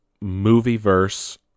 movie-verse